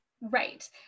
right